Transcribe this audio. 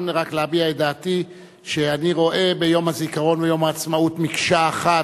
רק להביע את דעתי שאני רואה ביום הזיכרון ויום העצמאות מקשה אחת,